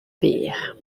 pires